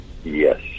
Yes